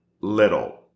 little